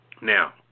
Now